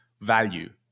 value